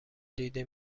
دیده